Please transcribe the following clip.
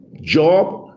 job